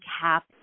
cap